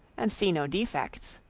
and see no defects.